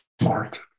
smart